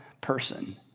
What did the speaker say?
person